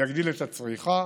ויגדיל את הצריכה.